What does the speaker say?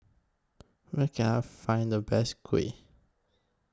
Where Can I Find The Best Kuih